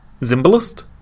Zimbalist